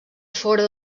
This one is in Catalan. fora